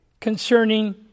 concerning